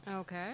Okay